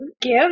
give